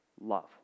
love